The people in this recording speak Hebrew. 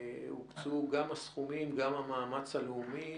הוקצו גם הסכומים, גם המאמץ הלאומי,